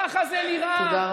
תודה.